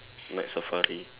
night safari